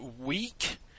week